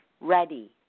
ready